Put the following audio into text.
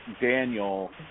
Daniel